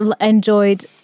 enjoyed